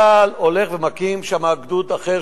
צה"ל הולך ומקים שם גדוד אחר,